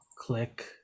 click